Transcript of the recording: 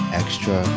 extra